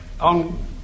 on